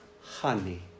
honey